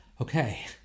okay